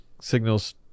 signals